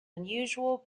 unusual